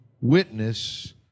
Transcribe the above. witness